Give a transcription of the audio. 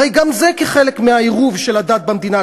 הרי גם זה כחלק מהעירוב של הדת במדינה,